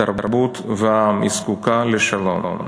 תרבות ועם היא זקוקה לשלום".